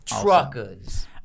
Truckers